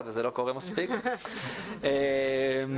אני אגיד